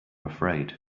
afraid